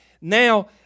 Now